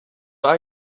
are